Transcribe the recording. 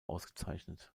ausgezeichnet